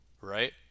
right